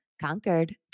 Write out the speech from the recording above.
conquered